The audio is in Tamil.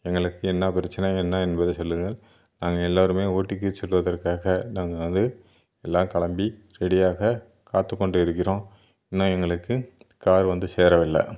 எங்களுக்கு என்ன பிரச்சனை என்ன என்பதை சொல்லுங்கள் நாங்கள் எல்லாருமே ஊட்டிக்கு செல்வதற்காக நாங்கள் வந்து எல்லாம் கிளம்பி ரெடியாக காத்துக்கொண்டு இருக்கிறோம் இன்னும் எங்களுக்கு கார் வந்து சேரவில்லை